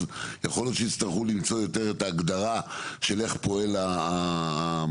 אז יכול להיות שיצטרכו למצוא את ההגדרה איך פועל המנגנון.